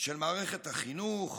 של מערכת החינוך,